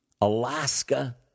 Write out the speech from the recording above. Alaska